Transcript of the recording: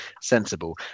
sensible